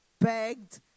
begged